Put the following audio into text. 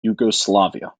yugoslavia